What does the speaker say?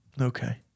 Okay